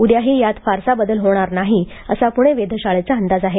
उद्याही यात फारसा बदल होणार नाही असा पुणे वेधशाळेचा अंदाज आहे